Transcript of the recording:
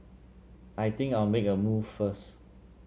I think I'll make a move first